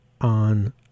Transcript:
on